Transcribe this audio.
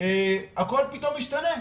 הכול פתאום ישתנה,